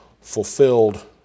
fulfilled